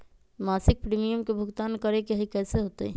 मासिक प्रीमियम के भुगतान करे के हई कैसे होतई?